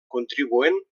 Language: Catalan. contribuent